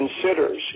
considers